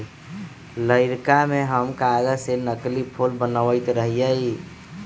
लइरका में हम कागज से नकली फूल बनबैत रहियइ